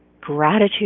gratitude